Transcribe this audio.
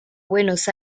buenos